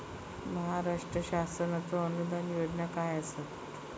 महाराष्ट्र शासनाचो अनुदान योजना काय आसत?